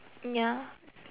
ya